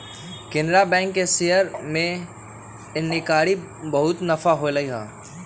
Canara bank के शेयर में एन्नेकारी बहुते नफा होलई